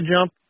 jump